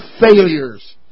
failures